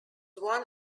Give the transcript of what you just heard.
one